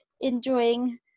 enjoying